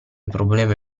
problema